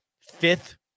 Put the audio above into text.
fifth